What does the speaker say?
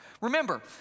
Remember